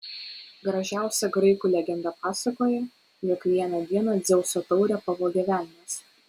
gražiausia graikų legenda pasakoja jog vieną dieną dzeuso taurę pavogė velnias